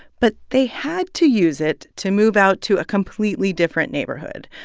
but they had to use it to move out to a completely different neighborhood,